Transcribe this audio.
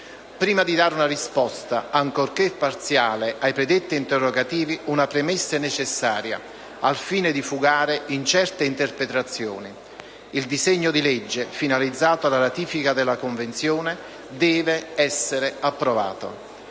Prima di dare una risposta, ancorché parziale, ai predetti interrogativi, una premessa è necessaria al fine di fugare incerte interpretazioni: il disegno di legge, finalizzato alla ratifica della Convenzione, deve essere approvato.